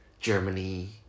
Germany